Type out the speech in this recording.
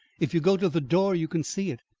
if you go to the door, you can see it!